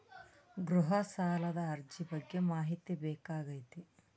ಗೃಹ ಸಾಲದ ಅರ್ಜಿ ಬಗ್ಗೆ ಮಾಹಿತಿ ಬೇಕಾಗೈತಿ?